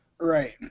Right